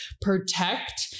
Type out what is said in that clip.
protect